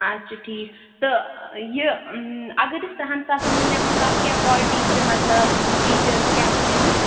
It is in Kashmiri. اچھا ٹھیٖک تہٕ یہِ اگر أسۍ تٕرٛہَن ساسَن ہُنٛد نِمو تَتھ کیٛاہ کالٹی چھِ مطلب یِم فیٖچٲرٕز کیٛاہ چھِ تَمِکۍ